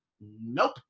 Nope